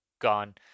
gone